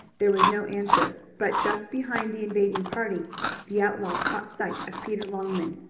there was no answer, but just behind the invading party the outlaw caught sight of peter longman,